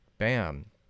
Bam